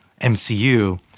MCU—